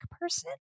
person